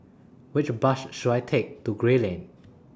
Which Bus should I Take to Gray Lane